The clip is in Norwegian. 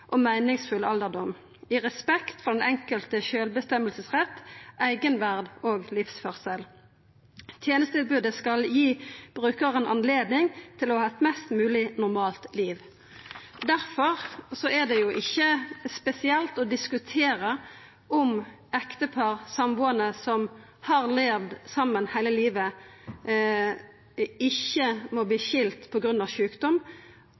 og meningsfull alderdom.» Og vidare: i respekt for den enkeltes selvbestemmelsesrett, egenverd og livsførsel Tenestetilbodet skal gi brukaren høve til å ha eit mest mogleg normalt liv. Difor er det ikkje spesielt å diskutera om ektepar eller sambuande som har levd saman heile livet, skal verta skilde på grunn av sjukdom,